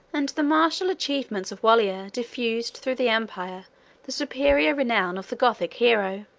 and the martial achievements of wallia diffused through the empire the superior renown of the gothic hero.